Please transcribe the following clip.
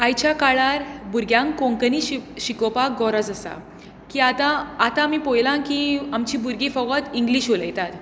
आयच्या काळार भुरग्यांक कोंकणी शि शिकोवपाक गरज आसा की आतां आतां आमी पळयलां की आमचीं भुरगीं फकत इंग्लीश उलयता